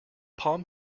palm